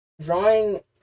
Drawing